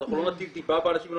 אז אנחנו לא נטיל דיבה באנשים האלה,